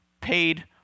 paid